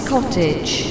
Cottage